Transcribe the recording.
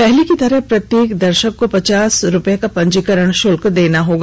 पहले की तरह प्रत्येक दर्शक को पचास रुपये का पंजीकरण शुल्क देना होगा